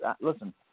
listen –